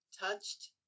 touched